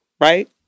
right